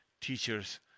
teachers